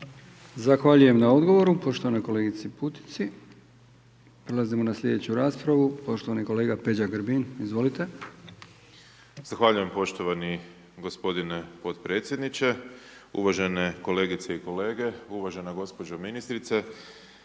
Zahvaljujem na odgovoru poštovanoj kolegici Putici. Prelazimo na slijedeću raspravu, poštovani kolega Peđa Grbin, izvolite. **Grbin, Peđa (SDP)** Zahvaljujem poštovani gospodine potpredsjedniče. Uvažene kolegice i kolege, uvažena gospođo ministrice.